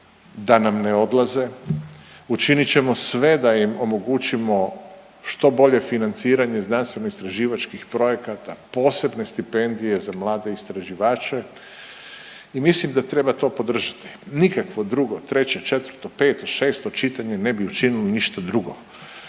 da nam ne odlaze. Učinit ćemo sve da im omogućimo što bolje financiranje, znanstveno istraživačkih projekata posebno stipendije za mlade istraživače i mislim da treba to podržati. Nikakvo drugo, treće, četvrto, peto, šesto čitanje ne bi učinilo ništa drugo